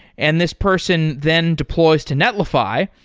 and this person then deploys to netlify.